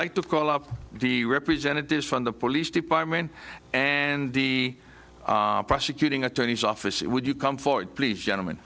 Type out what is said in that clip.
like to call up the representatives from the police department and the prosecuting attorney's office would you come forward please gentleman